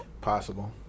Possible